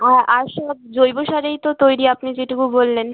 আর আর সব জৈব সারেই তো তৈরি আপনি যেটুকু বললেন